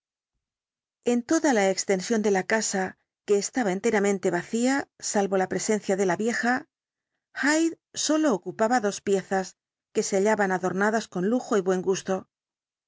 en toda la extensión de la casa que estaba enteramente vacía salvo la presencia de la vieja hyde sólo ocupaba dos piezas que se hallaban adornadas con lujo y buen gusto